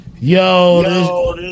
yo